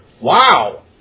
Wow